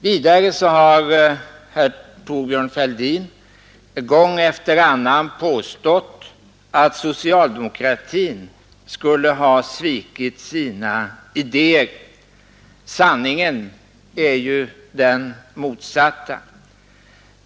Vidare har herr Thorbjörn Fälldin gång efter annan påstått att socialdemokratin skulle ha svikit sina idéer. Sanningen är ju den motsatta.